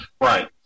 Right